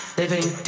living